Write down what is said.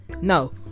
no